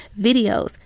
videos